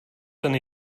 ten